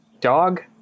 dog